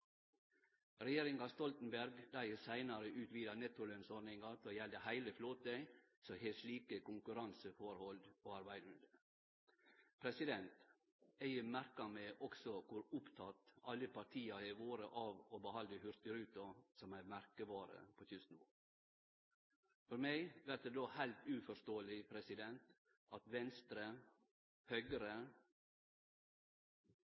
Regjeringa Stoltenberg har seinare utvida nettolønnsordninga til å gjelde heile den flåten som har slike konkurranseforhold å arbeide under. Eg merka meg også kor opptekne alle partia har vore av å behalde Hurtigruta som ei merkevare for kysten vår. For meg vert det då heilt uforståeleg at Venstre og Høgre